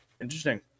Interesting